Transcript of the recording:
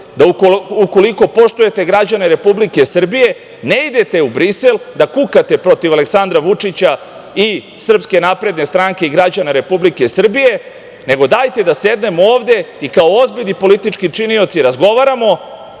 da ukoliko poštujete građane Republike Srbije, ne idete u Brisel da kukate protiv Aleksandra Vučića, i SNS, i građana Republike Srbije, nego dajte da sednemo ovde i kao ozbiljni politički činioci razgovaramo,